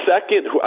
second